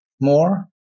more